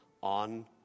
on